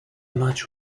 match